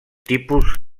tipus